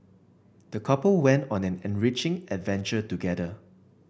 the couple went on an enriching adventure together